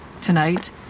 Tonight